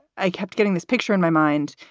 i kept getting this picture in my mind,